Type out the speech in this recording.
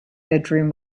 bedroom